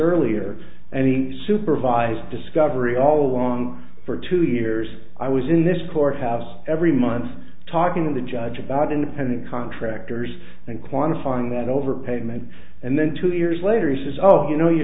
earlier and he supervised discovery all along for two years i was in this courthouse every month talking to the judge about independent contractors and quantifying that overpayment and then two years later he says oh you know you